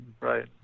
Right